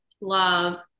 love